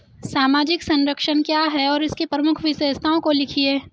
सामाजिक संरक्षण क्या है और इसकी प्रमुख विशेषताओं को लिखिए?